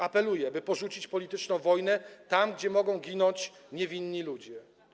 Apeluję, by porzucić polityczną wojnę tam, gdzie mogą ginąć niewinni ludzie.